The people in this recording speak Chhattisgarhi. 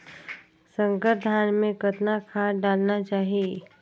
संकर धान मे कतना खाद डालना चाही?